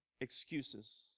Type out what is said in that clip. excuses